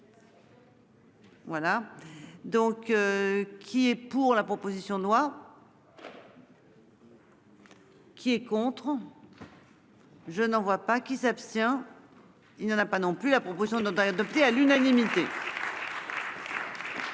Voilà donc. Qui est pour la proposition loi. Qui est contre. Je n'en vois pas qui s'abstient. Il n'en a pas non plus la proposition note pas adopté à l'unanimité.